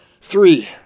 Three